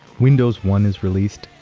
windows one is released.